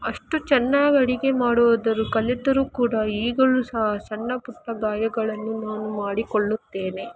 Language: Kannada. ಅಷ್ಟು ಚೆನ್ನಾಗಿ ಅಡುಗೆ ಮಾಡುವುದರು ಕಲಿತರೂ ಕೂಡ ಈಗಲೂ ಸಹ ಸಣ್ಣ ಪುಟ್ಟ ಗಾಯಗಳನ್ನು ನಾನು ಮಾಡಿಕೊಳ್ಳುತ್ತೇನೆ